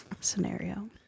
scenario